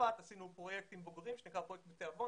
בצרפת עשינו פרויקט עם בוגרים שנקרא פרויקט בתיאבון